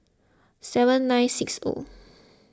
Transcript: seven nine six O